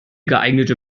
geeignete